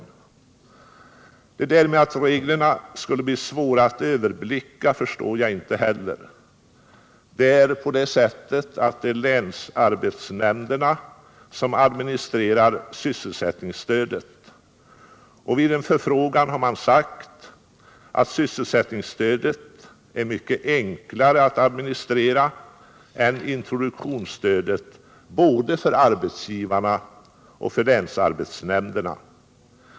Detta att reglerna skulle bli svåra att överblicka förstår jag inte heller. Det är länsarbetsnämnderna som administrerar sysselsättningsstödet, och vid en förfrågan har man sagt att sysselsättningsstödet är mycket enklare att administrera än introduktionsstödet, både för arbetsgivarna och för länsarbetsnämnderna.